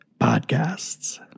podcasts